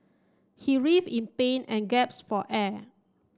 he in pain and for air